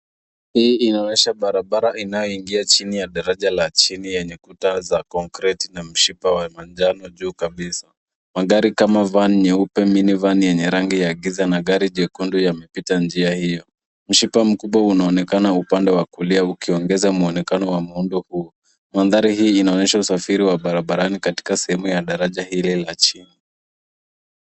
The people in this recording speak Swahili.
Hii inaonyesha barabara inayoingia chini ya daraja la chini yenye kuta za concrete na mshipa wa manjano juu kabisa. Magari kama van nyeupe, mini van yenye rangi ya giza na gari jekundu yamepita njia hiyo. Mshipa mkubwa unaonekana upande wa kulia ukiongeza mwonekano wa muundo huu. Mandhari hii inaonyesha usafiri wa barabarani katika sehemu ya daraja hili la chini.